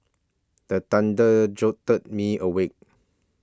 the thunder jolt me awake